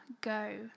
go